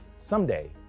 Someday